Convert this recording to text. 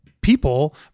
people